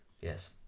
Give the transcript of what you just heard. Yes